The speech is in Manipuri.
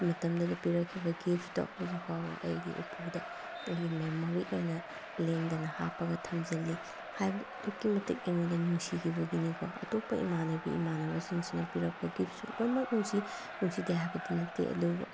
ꯃꯇꯝꯗꯨꯗ ꯄꯤꯔꯛꯈꯤꯕ ꯒꯤꯐꯇꯣ ꯍꯧꯖꯤꯛ ꯐꯥꯎꯕ ꯑꯩꯒꯤ ꯎꯄꯨꯗ ꯑꯩꯒꯤ ꯃꯦꯃꯣꯔꯤ ꯑꯣꯏꯅ ꯂꯦꯡꯗꯅ ꯍꯥꯞꯄꯒ ꯊꯝꯖꯤꯜꯂꯤ ꯍꯥꯏꯕꯗꯤ ꯑꯗꯨꯛꯀꯤ ꯃꯇꯤꯛ ꯑꯩꯉꯣꯟꯗ ꯅꯨꯡꯁꯤꯈꯤꯕꯒꯤꯅꯤꯀꯣ ꯑꯇꯣꯞꯄ ꯏꯃꯥꯟꯅꯕꯤ ꯏꯃꯥꯟꯅꯕꯁꯤꯡꯁꯤꯅ ꯄꯤꯔꯛꯄ ꯒꯤꯐꯁꯨ ꯂꯣꯏꯃꯛ ꯅꯨꯡꯁꯤ ꯅꯨꯡꯁꯤꯗꯦ ꯍꯥꯏꯕꯗꯤ ꯅꯠꯇꯦ ꯑꯗꯨꯕꯨ